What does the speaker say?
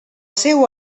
seu